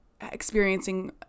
experiencing